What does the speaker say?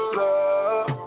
love